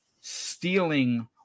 stealing